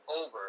Over